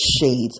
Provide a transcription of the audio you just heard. shades